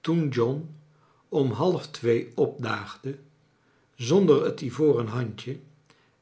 toen john om half twee opdaagde zonder het ivoren handje